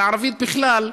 והערבית בכלל,